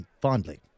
fondly